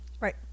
right